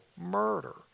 murder